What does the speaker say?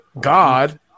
God